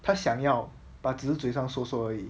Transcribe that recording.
他想要把只是嘴上说说而已